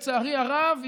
לצערי הרב,